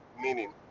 meaning